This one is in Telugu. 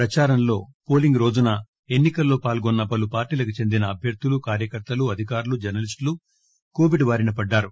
ప్రచారంలో పోలింగ్ రోజున ఎన్సి కలలో పాల్గొన్స పలు పార్టీలకు చెందిన అభ్యర్థులు కార్యకర్తలు అధికారులు జర్స లీస్టులు కోవిడ్ బారిన పడ్లారు